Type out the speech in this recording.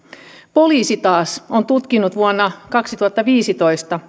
poliisi taas on tutkinut vuonna kaksituhattaviisitoista